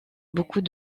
beaucoup